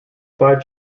five